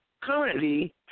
currently